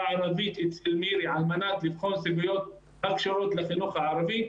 הערבית אצל מירי על מנת לבחון סוגיות הקשורות לחינוך הערבי.